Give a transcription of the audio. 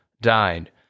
died